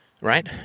right